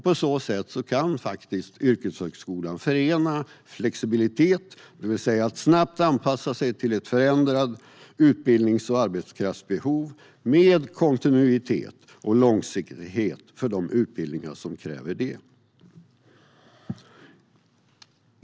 På så sätt kan yrkeshögskolan förena flexibilitet, det vill säga att snabbt anpassa sig till ett förändrat utbildnings och arbetskraftsbehov, med kontinuitet och långsiktighet för de utbildningar som kräver det.